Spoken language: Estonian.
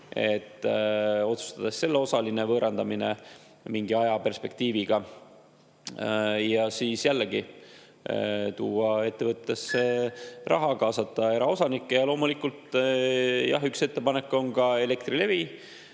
otsustada selle osaline võõrandamine mingi ajaperspektiiviga, et siis jällegi tuua ettevõttesse raha ja kaasata eraosanikke. Loomulikult, jah, üks ettepanek on ka Elektrilevi